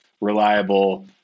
reliable